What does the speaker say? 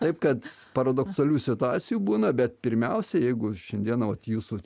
taip kad paradoksalių situacijų būna bet pirmiausia jeigu šiandiena vat jūsų